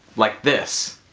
like this.